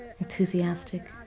enthusiastic